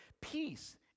Peace